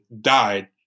died